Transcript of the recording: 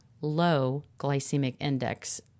low-glycemic-index